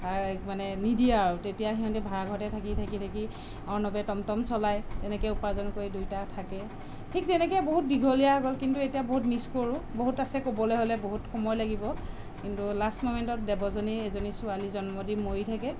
তাইক মানে নিদিয়ে আৰু তেতিয়া সিহঁতে ভাৰা ঘৰতে থাকি থাকি থাকি অৰ্ণৱে টম টম চলাই তেনেকে উপাৰ্জন কৰি দুয়োটা থাকে ঠিক তেনেকে বহুত দীঘলীয়া হৈ গ'ল কিন্তু এতিয়া বহুত মিছ কৰোঁ বহুত আছে ক'বলে হ'লে বহুত সময় লাগিব কিন্তু লাষ্ট ম'মেণ্টত দেৱযানী এজনী ছোৱালী জন্ম দি মৰি থাকে